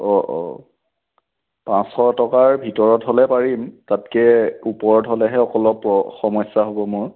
অঁ অঁ পাচশ টকাৰ ভিতৰত হ'লে পাৰিম তাতকৈ ওপৰত হ'লেহে অক অলপ সমস্যা হ'ব মোৰ